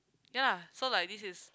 ya so like this is